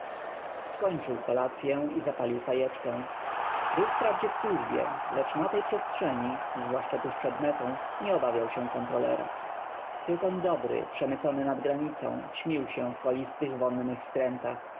skończył kolacyę i zapalił fajeczkę był w praw dzie w służbie lecz na tej przestrzeni zwłaszcza tuż przed m etą nie obaw iał się kontrolora t y to ń dobry przem ycony nad granicą ćmił się w kolistych w onnych skrętach